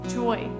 joy